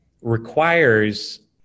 requires